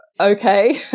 okay